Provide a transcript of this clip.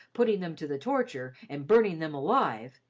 putting them to the torture, and burning them alive,